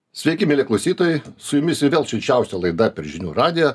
sveiki mieli klausytojai su jumis ir vėl šilčiausia laida per žinių radiją